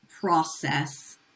process